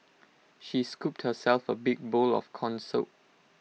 she scooped herself A big bowl of Corn Soup